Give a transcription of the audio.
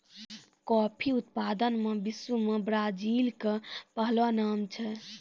coffee उत्पादन मॅ विश्व मॅ ब्राजील के पहलो नाम छै